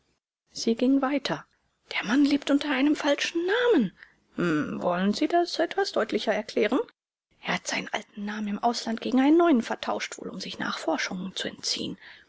sie ging weiter der mann lebt unter einem falschen namen hm wollen sie das etwas deutlicher erklären er hat seinen alten namen im ausland gegen einen neuen vertauscht wohl um sich nachforschungen zu entziehen